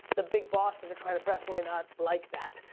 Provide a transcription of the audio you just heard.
the big boss that are trying to press might not like that.